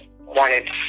wanted